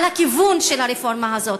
על הכיוון של הרפורמה הזאת.